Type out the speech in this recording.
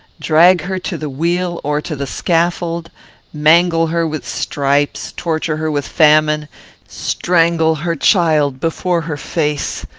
drag her to the wheel or to the scaffold mangle her with stripes torture her with famine strangle her child before her face,